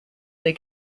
they